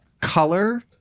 color